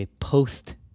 post